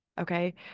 okay